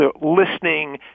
listening